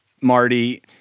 Marty